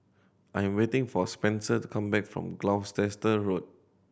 I am waiting for Spenser to come back from Gloucester Road